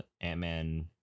ant-man